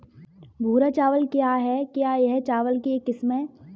भूरा चावल क्या है? क्या यह चावल की एक किस्म है?